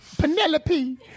Penelope